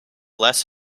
less